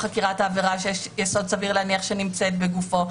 חקירת העבירה כשיש יסוד סביר להניח שנמצאת בגופו,